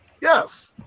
Yes